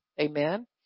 Amen